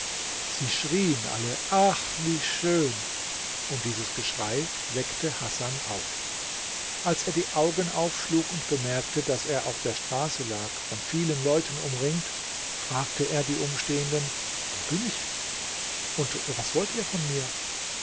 sie schrien alle ach wie schön und dieses geschrei weckte hasan auf als er die augen aufschlug und bemerkte daß er auf der straße lag von vielen leuten umringt fragte er die umstehenden wo bin ich und was wollt ihr von mir